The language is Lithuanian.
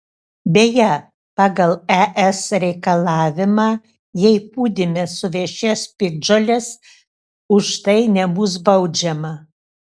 beje pagal es reikalavimą jei pūdyme suvešės piktžolės už tai nebus baudžiama